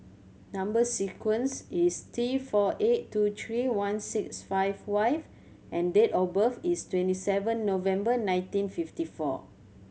number sequence is T four eight two three one six five Y and date of birth is twenty seven November nineteen fifty four